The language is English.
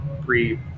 pre